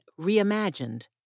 reimagined